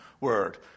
word